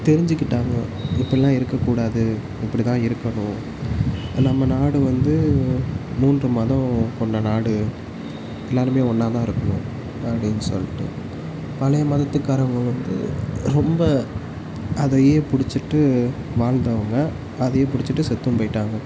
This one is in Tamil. தெரிஞ்சுக்கிட்டாங்க இப்படில்லாம் இருக்கக்கூடாது இப்படி தான் இருக்கணும் இப்போ நம்ம நாடு வந்து மூன்று மதம் கொண்ட நாடு எல்லோருமே ஒன்றா தான் இருக்கணும் அப்படின்னு சொல்லிட்டு பழைய மதத்துக்காரவங்க வந்து ரொம்ப அதையே பிடிச்சிட்டு வாழ்ந்தவங்க அதையே பிடிச்சிட்டு செத்தும் போய்விட்டாங்க